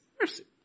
mercy